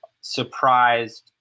surprised